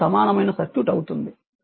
ఇది సమానమైన సర్క్యూట్ అవుతుంది